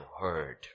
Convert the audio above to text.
heard